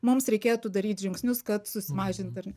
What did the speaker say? mums reikėtų daryt žingsnius kad susimažint ar ne